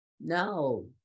No